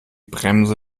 bremse